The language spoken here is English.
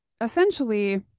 essentially